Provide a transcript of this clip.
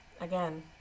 again